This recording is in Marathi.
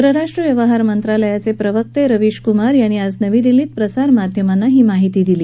परराष्ट्र व्यवहार मंत्रालयाचे प्रवक्ते रवीश कुमार यांनी आज नवी दिल्लीत प्रसारमाध्यमांना ही माहीती दिली